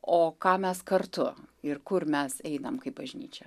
o ką mes kartu ir kur mes einam kaip bažnyčia